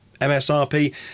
MSRP